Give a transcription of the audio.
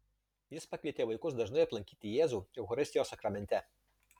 jis pakvietė vaikus dažnai aplankyti jėzų eucharistijos sakramente